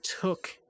took